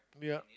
yup